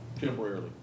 Temporarily